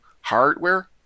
hardware